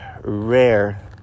rare